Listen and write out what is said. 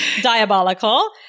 Diabolical